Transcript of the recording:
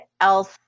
else